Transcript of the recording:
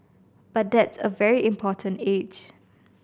but that's a very important age